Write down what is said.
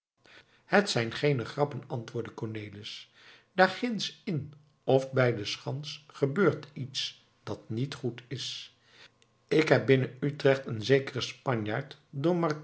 het zijn geene grappen antwoordde cornelis daar ginds in of bij de schans gebeurt iets dat niet goed is ik heb binnen utrecht eenen zekeren spanjaard don